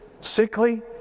Sickly